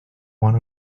one